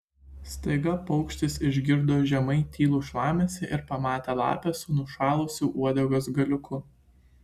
staiga paukštis išgirdo žemai tylų šlamesį ir pamatė lapę su nušalusiu uodegos galiuku